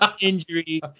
injury